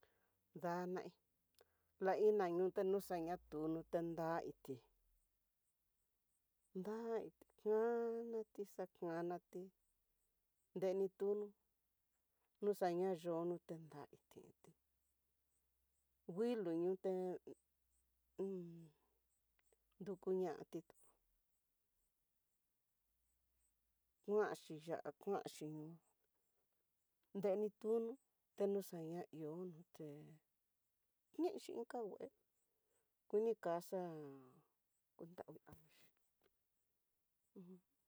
Danai la iná ñuteñu xañatu nrute nré ití, da'á kuanati xakuanati, nrenituno noxaña yoo nrute nraviti, nguilo ñute un ndukuñati, kuanxhia kuanxhinó nrenituno ténoxana ihó nó té ñixhi inka ngué kunikaxa, kunravi anguixhi ujun.